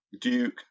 Duke